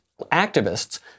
activists